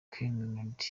kennedy